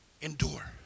Endure